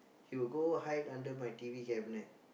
he will go hide under my T_V cabinet